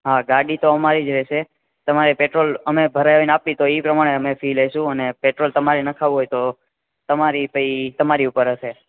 હંગાડી તો અમારી જ રેશે તમારે પેટ્રોલ અમે ભરાઈને આપીએ તો ઈ પણ અમે લઈ લઈશું પણ અમે પેટ્રોલ તમારે નખાવવું હોય તો તમારી પછી તમારી ઉપર હશે